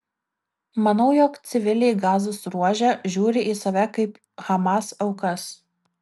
manau jog civiliai gazos ruože žiūri į save kaip hamas aukas